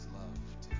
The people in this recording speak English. loved